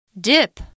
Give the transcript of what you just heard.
Dip